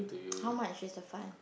how much is the fund